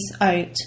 out